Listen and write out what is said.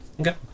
Okay